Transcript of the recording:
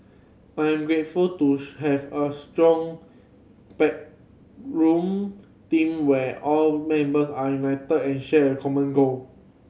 I am grateful to have a strong backroom team where all members are united and share a common goal